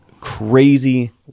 crazy